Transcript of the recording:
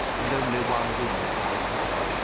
and only one wing is now inhabited.